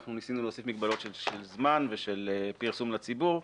ניסינו להוסיף מגבלות של זמן ושל פרסום לציבור.